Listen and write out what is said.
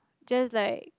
just like